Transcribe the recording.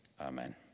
Amen